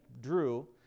drew